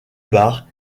bar